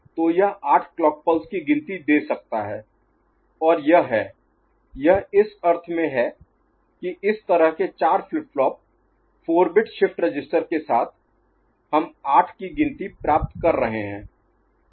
तो यह आठ क्लॉक पल्स की गिनती दे सकता है और यह है यह इस अर्थ में है कि इस तरह के चार flip flop 4 bit shift register के साथ हम आठ की गिनती प्राप्त कर रहे हैं